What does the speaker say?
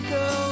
go